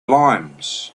limes